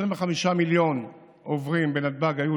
לפני שנת הקורונה היו 25 מיליון עוברים בנתב"ג.